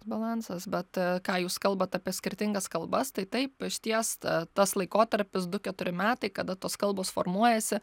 balansas bet ką jūs kalbat apie skirtingas kalbas tai taip išties ta tas laikotarpis du keturi metai kada tos kalbos formuojasi